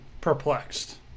perplexed